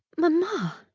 mamma!